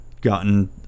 gotten